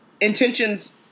intentions